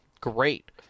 great